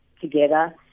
together